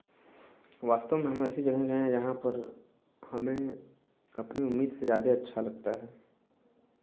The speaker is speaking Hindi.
वास्तव में हम ऐसी जगह गए जहाँ पर हमें अपनी उम्मीद से ज़्यादे अच्छा लगता है